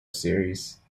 series